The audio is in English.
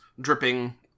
dripping